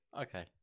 Okay